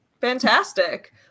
Fantastic